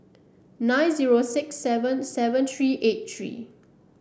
nine zero six seven seven three eight three